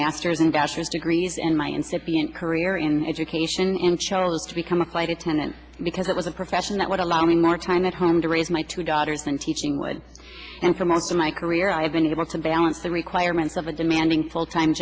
master's and bachelor's degrees and my incipient career in education and charles to become a flight attendant because it was a profession that would allow me more time at home to raise my two daughters than teaching would and for most of my career i have been able to balance the requirements of a demanding full time